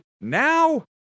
Now